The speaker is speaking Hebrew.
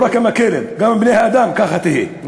לא רק עם הכלב, גם עם בני-האדם תהיה ככה.